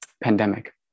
pandemic